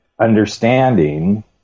understanding